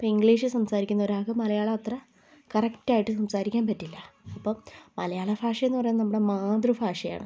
ഇപ്പോൾ ഇംഗ്ലീഷിൽ സംസാരിക്കുന്ന ഒരാൾക്ക് മലയാളം അത്ര കറക്റ്റ് ആയിട്ട് സംസാരിക്കാൻ പറ്റില്ല അപ്പം മലയാള ഭാഷയെന്ന് പറയുന്നത് നമ്മുടെ മാതൃഭാഷയാണ്